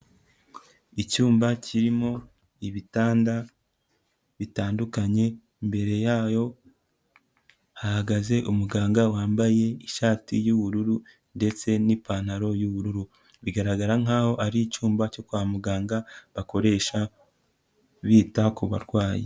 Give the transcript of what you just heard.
Icyumba kirimo ibitanda bitandukanye, imbere yayo hahagaze umuganga wambaye ishati y'ubururu ndetse n'ipantaro y'ubururu, bigaragara nkaho ari icyumba cyo kwa muganga bakoresha bita ku barwayi.